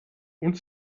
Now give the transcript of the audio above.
und